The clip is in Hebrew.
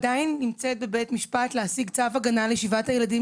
עדיין היא נמצאת בבית המשפט על מנת להשיג צו הגנה לשבעת הילדים